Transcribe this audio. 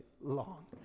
long